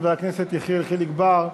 חבר הכנסת יחיאל חיליק בר,